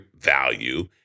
value